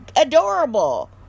adorable